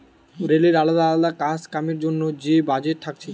রেলের আলদা আলদা কাজ কামের জন্যে যে বাজেট থাকছে